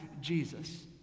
Jesus